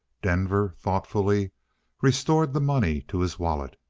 denver thoughtfully restored the money to his wallet.